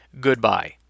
goodbye